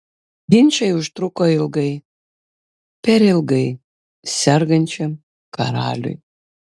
ginčai užtruko ilgai per ilgai sergančiam karaliui